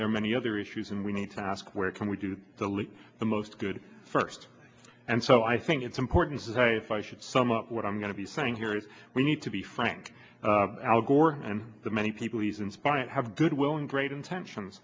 there are many other issues and we need to ask where can we do the least the most good first and so i think it's important to say if i should sum up what i'm going to be saying here is we need to be frank al gore and the many people he's inspired have good will and great intentions